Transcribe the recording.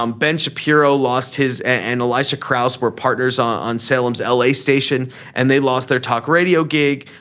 um ben shapiro lost his and like to crowds were partners on salem's l a. station and they lost their talk radio gig.